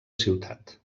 ciutat